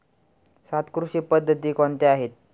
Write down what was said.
सात कृषी पद्धती कोणत्या आहेत?